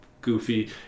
goofy